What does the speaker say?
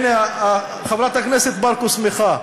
הנה, חברת הכנסת ברקו שמחה,